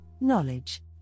knowledge